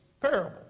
parable